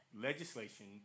legislation